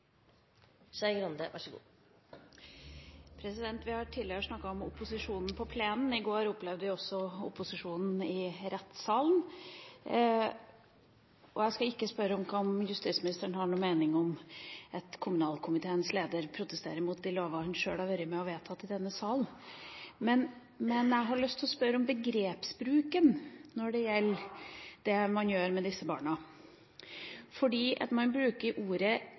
Vi har tidligere snakket om opposisjonen på plenen. I går opplevde vi også opposisjonen i rettssalen. Jeg skal ikke spørre om hvorvidt justisministeren har noen mening om at kommunalkomiteens leder protesterer mot de lovene vedkommende selv har vært med på å vedta i denne salen, men jeg har lyst til å spørre om begrepsbruken når det gjelder det man gjør med disse barna. Man bruker ordet